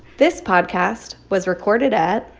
this podcast was recorded at.